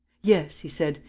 yes, he said.